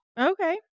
Okay